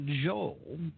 Joel